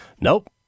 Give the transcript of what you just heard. nope